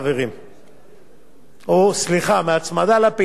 או סליחה, מהצמדה לפעילים להצמדה למדד.